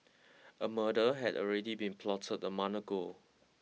a murder had already been plotted a month ago